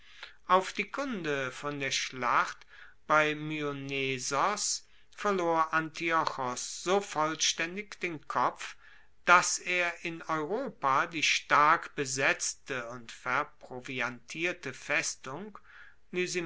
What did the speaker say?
auf die kunde von der schlacht bei myonnesos verlor antiochos so vollstaendig den kopf dass er in europa die starkbesetzte und verproviantierte festung